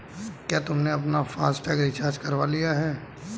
क्या तुमने अपना फास्ट टैग रिचार्ज करवा लिया है?